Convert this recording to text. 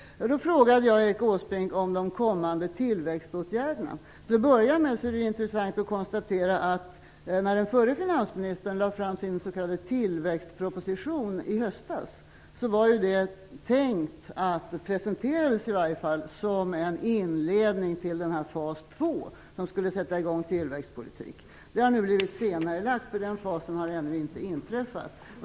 Jag frågade då Erik Åsbrink om de kommande tillväxtåtgärderna. Till att börja med är det ju intressant att konstatera att den förre finansministerns s.k. tillväxtproposition som han lade fram i höstas var tänkt som, eller presenterades åtminstone som, en inledning till fas två, som skulle sätta i gång tillväxtpolitiken. Det har nu blivit senarelagt, eftersom den fasen ännu inte har inträffat.